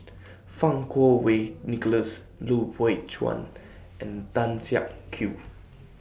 Fang Kuo Wei Nicholas Lui Pao Chuen and Tan Siak Kew